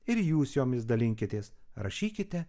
ir jūs jomis dalinkitės rašykite